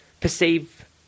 perceive